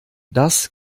das